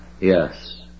yes